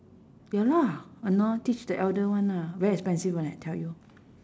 ya lah !hannor! teach the elder one lah very expensive [one] leh tell you